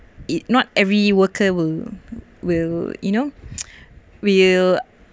it not every worker will will you know will